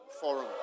forum